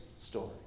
story